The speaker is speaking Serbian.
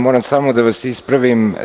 Moram samo da vas ispravim.